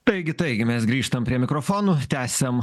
taigi taigi mes grįžtam prie mikrofonų tęsiam